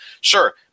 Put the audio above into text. Sure